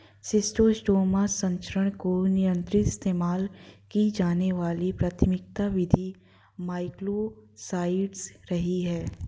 schistosoma संचरण को नियंत्रित इस्तेमाल की जाने वाली प्राथमिक विधि मोलस्कसाइड्स रही है